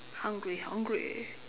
hungry hungry